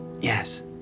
Yes